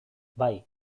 bai